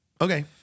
Okay